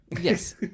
Yes